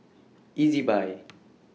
Ezbuy